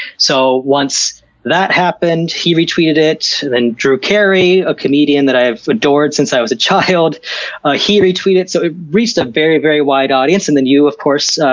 so once that happened, he retweeted it, then drew carey a comedian that i have adored since i was a child ah retweeted. so it reached a very, very wide audience. and then you, of course,